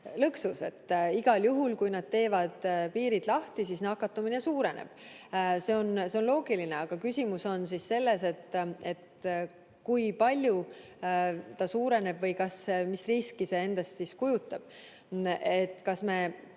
lõksus, sest igal juhul, kui nad teevad piirid lahti, siis nakatumine suureneb. See on loogiline. Küsimus on selles, kui palju ta suureneb või mis riski see endast kujutab.